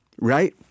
right